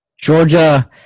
Georgia